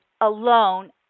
alone